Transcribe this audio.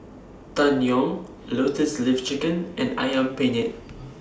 Tang Yuen Lotus Leaf Chicken and Ayam Penyet